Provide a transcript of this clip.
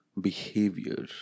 behavior